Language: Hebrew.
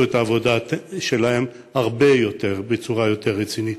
את העבודה שלהם בצורה הרבה יותר רצינית.